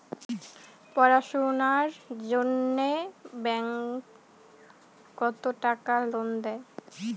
পড়াশুনার জন্যে ব্যাংক কত টাকা লোন দেয়?